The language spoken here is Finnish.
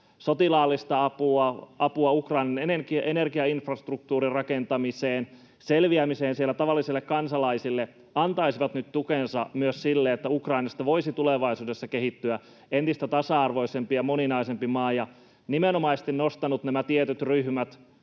sotilaallista apua Ukrainan energiainfrastruktuurin rakentamiseen, tavallisille kansalaisille siellä selviämiseen, antaisivat nyt tukensa myös sille, että Ukrainasta voisi tulevaisuudessa kehittyä entistä tasa-arvoisempi ja moninaisempi maa, ja kun Ukraina on nostanut esiin nimenomaisesti